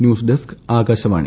news desk Akashvani